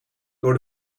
door